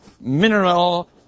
mineral